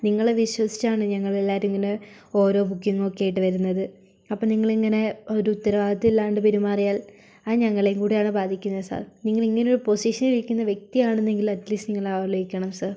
നിങ്ങളെ വിശ്വസിച്ചാണ് ഞങ്ങളെല്ലാരും ഇങ്ങനെ ഓരോ ബുക്കിംഗ് ഒക്കെയായിട്ട് വരുന്നത് അപ്പൊൾ നിങ്ങളിങ്ങനെ ഒരു ഉത്തരവാദിത്തം ഇല്ലാണ്ട് പെരുമാറിയാൽ അത് ഞങ്ങളേയും കൂടെയാണ് ബാധിക്കുന്നത് സർ നിങ്ങളിങ്ങനെയൊരു പൊസിഷനിലിരിക്കുന്ന വ്യക്തിയാണെന്നെങ്കിലും അറ്റ്ലീസ്റ്റ് നിങ്ങൾ ആലോചിക്കണം സർ